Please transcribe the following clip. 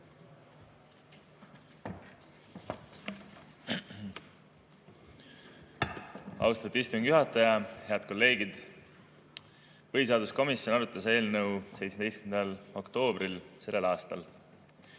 Austatud istungi juhataja! Head kolleegid! Põhiseaduskomisjon arutas eelnõu 17. oktoobril sellel aastal.